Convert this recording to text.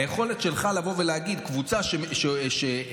היכולת שלך לבוא ולהגיד שקבוצה שגורמת